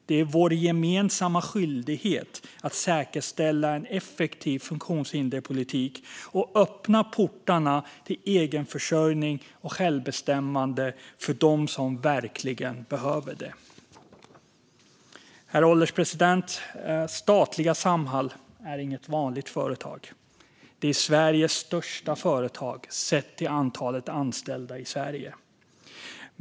Det är vår gemensamma skyldighet att säkerställa en effektiv funktionhinderspolitik som öppnar portarna till egenförsörjning och självbestämmande för dem som verkligen behöver det. Herr ålderspresident! Statliga Samhall är inget vanligt företag. Det är Sveriges största företag sett till antalet anställda i Sverige.